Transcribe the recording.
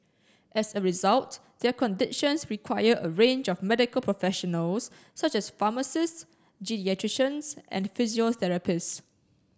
as a result their conditions require a range of medical professionals such as pharmacists geriatricians and physiotherapists